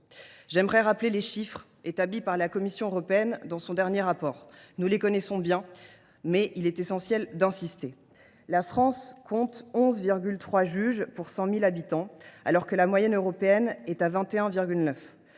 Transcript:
Je veux rappeler les chiffres établis par la Commission européenne dans son dernier rapport – nous les connaissons bien, mais il est essentiel d’y insister. La France compte 11,3 juges pour 100 000 habitants, alors que la moyenne européenne est de 21,9.